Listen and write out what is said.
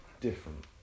different